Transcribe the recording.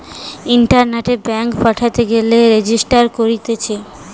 ইন্টারনেটে ব্যাঙ্কিং পাঠাতে গেলে রেজিস্টার করতিছে